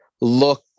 look